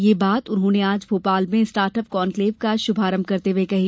यह बात उन्होंने आज भोपाल में स्टार्ट अप कॉन्क्लेव का शुभारंभ करते हुए कही